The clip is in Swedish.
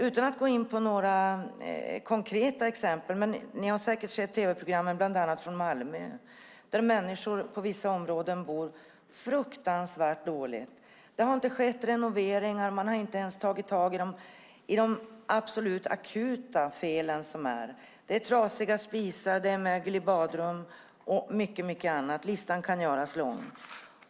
Utan att gå in på några konkreta exempel har ni säkert sett tv-programmen bland annat från Malmö där människor i vissa områden bor fruktansvärt dåligt. Det har inte skett renoveringar, och man har inte ens tagit tag i de mest akuta felen. Det är trasiga spisar, det är mögel i badrum och mycket annat. Listan kan göras lång.